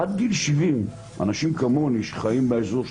עד גיל 70 אנשים כמוני שחיים באזור של